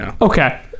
Okay